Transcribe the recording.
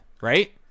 right